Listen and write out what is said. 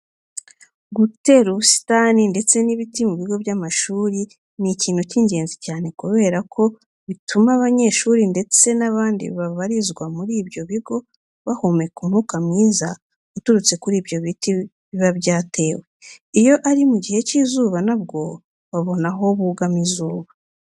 Gutera ubusitani ndetse n'ibiti mu bigo by'amashuri ni ikintu cy'ingenzi cyane kubera ko bituma abanyeshuri ndetse n'abandi babarizwa muri ibyo bigo bahumeka umwuka mwiza cyane uturutse kuri ibyo biti biba byatewe. Iyo ari mu gihe cy'izuba na bwo babona aho bugama izuba.